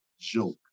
joke